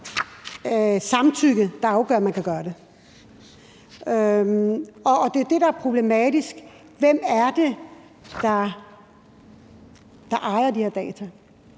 samtykke, der afgør, om man kan gøre det. Det er det, der er problematisk, for hvem er det, der ejer de her data?